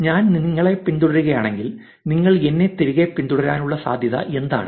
ഞാൻ നിങ്ങളെ പിന്തുടരുകയാണെങ്കിൽ നിങ്ങൾ എന്നെ തിരികെ പിന്തുടരാനുള്ള സാധ്യത എന്താണ്